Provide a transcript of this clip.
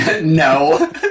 No